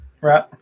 Right